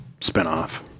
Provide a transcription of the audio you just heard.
spinoff